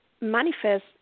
manifest